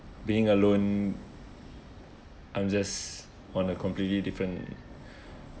being alone I'm just on a completely different